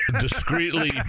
discreetly